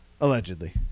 Allegedly